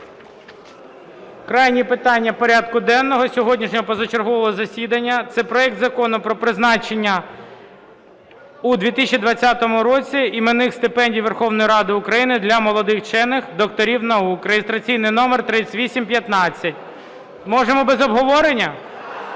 Крайнє питання порядку денного сьогоднішнього позачергового засідання – це проект Закону про призначення у 2020 році іменних стипендій Верховної Ради України для молодих учених – докторів наук (реєстраційний номер 3815). Можемо без обговорення?